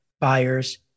buyers